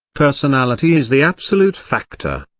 personality is the absolute factor.